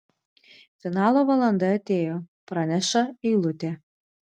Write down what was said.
finalo valanda atėjo praneša eilutė